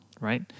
right